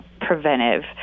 preventive